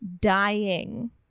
dying